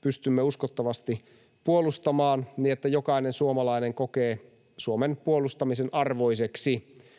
pystymme uskottavasti puolustamaan, niin jokainen suomalainen kokee Suomen puolustamisen arvoiseksi.